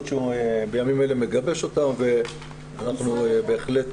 שהוא בימים אלה מגבש אותה ואנחנו בהחלט